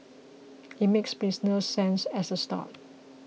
it makes business sense as a start